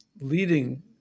leading